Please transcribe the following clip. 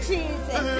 Jesus